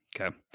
Okay